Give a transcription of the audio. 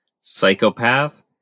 Psychopath